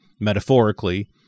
metaphorically